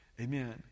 Amen